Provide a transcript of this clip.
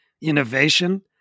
innovation